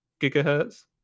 gigahertz